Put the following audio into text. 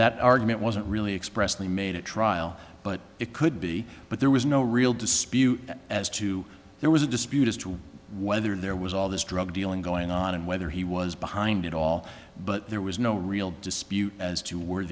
that argument wasn't really expressly made at trial but it could be but there was no real dispute as to there was a dispute as to whether there was all this drug dealing going on and whether he was behind it all but there was no real dispute as to where